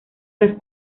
las